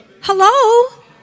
Hello